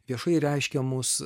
viešai reiškiamus